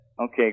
Okay